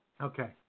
Okay